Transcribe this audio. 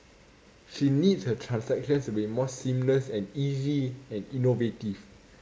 she needs her transactions to be more seamless and easy and innovative